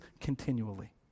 continually